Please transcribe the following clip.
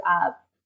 up